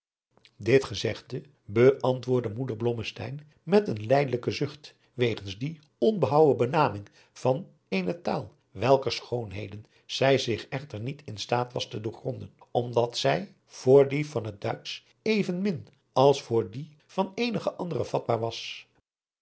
dit gezegde beantwoordde moeder blommesteyn meteen lijdelijken zucht wegens die onbehouwen benaming van adriaan loosjes pzn het leven van johannes wouter blommesteyn eene taal welker schoonheden zij echter niet in staat was te doorgronden omdat zij voor die van het duitsch even min als voor die van eenige andere vatbaar was